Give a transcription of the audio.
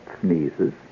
sneezes